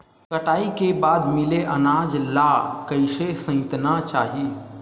कटाई के बाद मिले अनाज ला कइसे संइतना चाही?